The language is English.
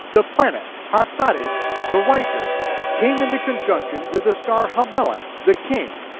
the planet hatzaddik the righteous came into conjunction with the star hamelech, like the king,